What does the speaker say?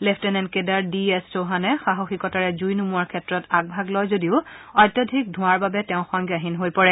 lieutenant কেজৰ D S চৌহানে সাহসিকতাৰে জুই নুমুৱাৰ ক্ষেত্ৰত আগভাগ লয় যদিও অত্যধিক টৌৱৰ বাবে তেওঁ সংজ্ঞাহীন হৈ পৰে